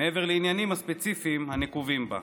מעבר לעניינים הספציפיים הנקובים בה.